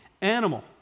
animal